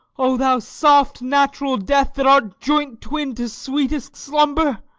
o thou soft natural death, that art joint-twin to sweetest slumber!